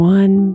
one